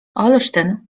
olsztyn